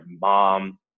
mom